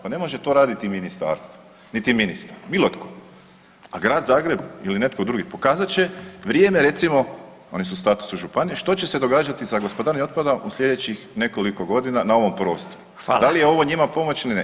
Pa ne može to raditi ministarstvo niti ministar, bilo tko, ali Grad Zagreb ili netko drugi pokazat će vrijeme recimo oni su u statusu županije, što će se događati sa gospodarenje otpadom u sljedećih nekoliko godina na ovom prostoru [[Upadica Radin: Hvala.]] Da li je ovo njima pomoć ili ne?